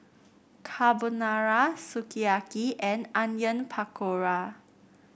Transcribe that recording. Carbonara Sukiyaki and Onion Pakora